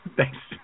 Thanks